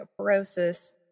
osteoporosis